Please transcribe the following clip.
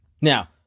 Now